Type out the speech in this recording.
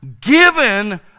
given